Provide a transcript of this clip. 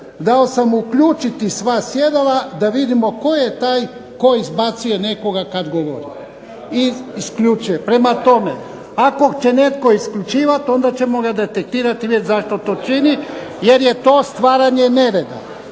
dao sam uključiti sva sjedala da vidimo tko je taj tko izbacuje nekoga kad govori i isključuje. Prema tome, ako će netko isključivati onda ćemo ga detektirati i vidjeti zašto to čini, jer je to stvaranje nereda.